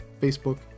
Facebook